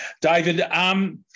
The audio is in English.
David